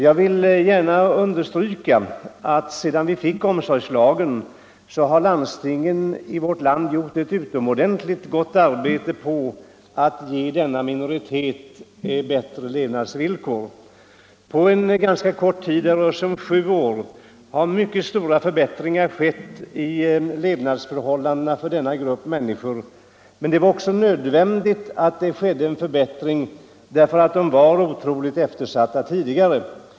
Jag vill understryka att sedan vi fick omsorgslagen har landstingen i vårt land gjort ett utomordentligt gott arbete när det gällt att ge denna minoritet bättre levnadsvillkor. På ganska kort tid — det rör sig om sju år — har stora förbättringar skett i levnadsförhållandena för dessa människor. Men det var också nödvändigt att så skedde eftersom de tidigare var otroligt eftersatta.